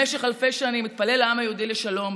במשך אלפי שנים התפלל העם היהודי לשלום,